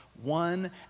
One